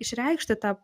išreikšti tą